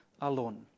alone